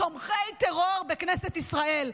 תומכי טרור בכנסת ישראל.